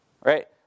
Right